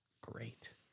great